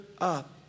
up